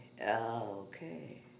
okay